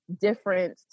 different